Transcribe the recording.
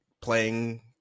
playing